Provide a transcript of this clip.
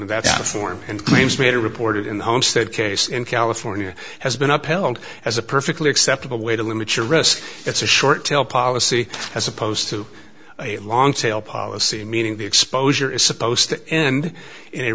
the form and claims made a reported in the homestead case in california has been upheld as a perfectly acceptable way to limit your risk it's a short tell policy as opposed to a long tail policy meaning the exposure is supposed to end